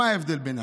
מה ההבדל בינה